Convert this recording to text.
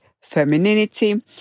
femininity